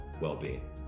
well-being